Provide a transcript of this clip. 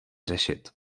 řešit